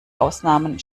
ausnahmen